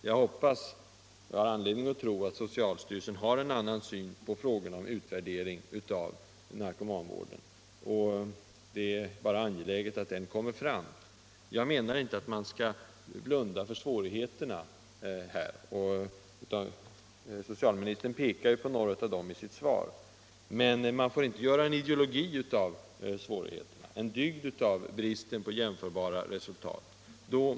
Jag hoppas och har anledning att tro att socialstyrelsen har en annan syn på frågorna om utvärdering av narkomanvården. Det är angeläget att den kommer fram. Jag menar inte att man här skall blunda för svårigheterna. Socialministern pekar ju på några av dem i sitt svar. Men man får inte göra en ideologi av svårigheterna, en dygd av bristen på jämförbara resultat.